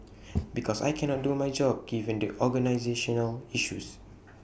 because I cannot do my job given the organisational issues